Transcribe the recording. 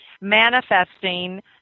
manifesting